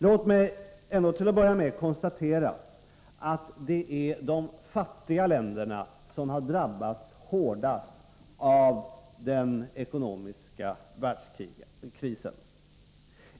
Låt mig till att börja med konstatera att det är de fattiga länderna som drabbats hårdast av den ekonomiska världskrisen.